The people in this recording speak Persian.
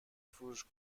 فروش